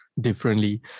differently